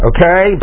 Okay